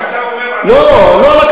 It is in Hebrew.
כשאתה אומר, לא, לא.